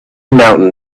mountain